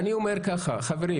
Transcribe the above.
אני אומר ככה: חברים,